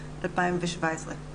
הצענו מתווה שיושב ראש הוועד המכיר אותו